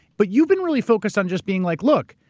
but you've been really focused on just being like, look,